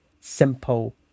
simple